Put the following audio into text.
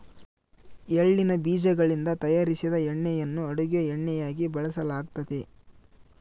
ಎಳ್ಳಿನ ಬೀಜಗಳಿಂದ ತಯಾರಿಸಿದ ಎಣ್ಣೆಯನ್ನು ಅಡುಗೆ ಎಣ್ಣೆಯಾಗಿ ಬಳಸಲಾಗ್ತತೆ